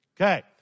Okay